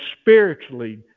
spiritually